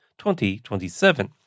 2027